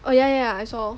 oh yeah yeah yeah I saw